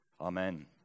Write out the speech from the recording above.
Amen